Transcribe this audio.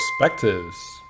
Perspectives